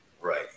right